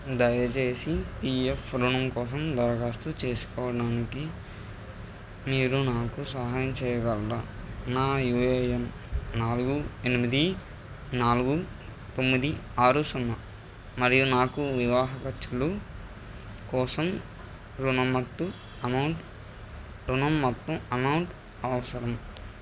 దయచేసి పీఎఫ్ ఋణం కోసం దరఖాస్తు చేసుకోవడానికి మీరు నాకు సహాయం చేయగలరా నా యూఏఎన్ నాలుగు ఎనిమిది నాలుగు తొమ్మిది ఆరు సున్నా మరియు నాకు వివాహ ఖర్చులు కోసం ఋణమత్తు అమౌంట్ ఋణం మొత్తం అమౌంట్ అవసరం